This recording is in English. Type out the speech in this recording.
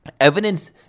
evidence